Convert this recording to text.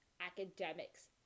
academics